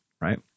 right